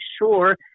sure